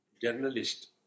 journalist